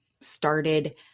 started –